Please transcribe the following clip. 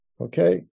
Okay